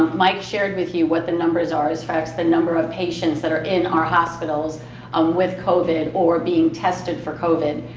mike shared with you what the numbers are as far as the number of patients that are in our hospitals um with covid or being tested for covid.